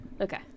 Okay